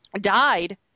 died